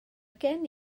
gen